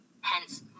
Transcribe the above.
hence